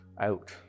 out